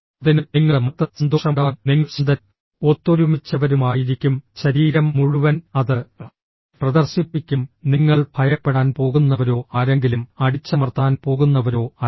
അതിനാൽ നിങ്ങളുടെ മുഖത്ത് സന്തോഷമുണ്ടാകും നിങ്ങൾ ശാന്തരും ഒത്തൊരുമിച്ചവരുമായിരിക്കും ശരീരം മുഴുവൻ അത് പ്രദർശിപ്പിക്കും നിങ്ങൾ ഭയപ്പെടാൻ പോകുന്നവരോ ആരെങ്കിലും അടിച്ചമർത്താൻ പോകുന്നവരോ അല്ല